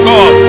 God